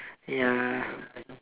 ya